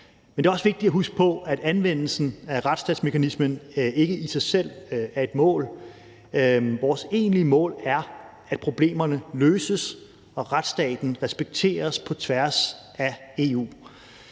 Men det er også vigtigt at huske på, at anvendelsen af retsstatsmekanismen ikke i sig selv er et mål. Vores egentlige mål er, at problemerne løses, og at retsstaten respekteres på tværs af EU.